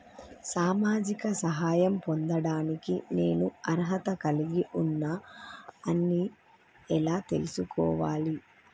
సామాజిక సహాయం పొందడానికి నేను అర్హత కలిగి ఉన్న అని ఎలా తెలుసుకోవాలి?